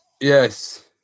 Yes